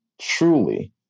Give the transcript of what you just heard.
truly